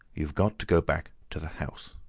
you've got to go back to the house.